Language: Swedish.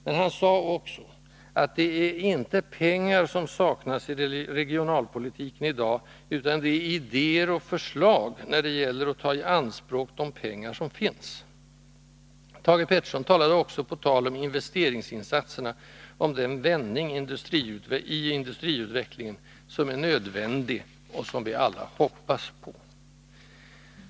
Men han sade också att ”det är inte pengar som saknas i regionalpolitiken i dag, utan det är idéer och förslag när det gäller att ta i anspråk de pengar som finns”. Thage Peterson talade också, på tal om investeringsinsatserna, om ”den vändning i industriutvecklingen söm är nödvändig och som vi alla hoppas på”.